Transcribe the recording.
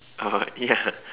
oh ya